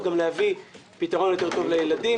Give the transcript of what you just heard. וגם ולהביא פתרון יותר טוב לילדים